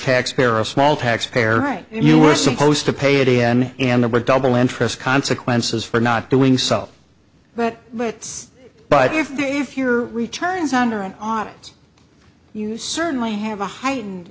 taxpayer a small taxpayer right and you were supposed to pay it in and there were double interest consequences for not doing so but but but if if your returns under an audience you certainly have a heightened